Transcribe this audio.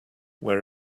where